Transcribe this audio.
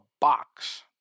box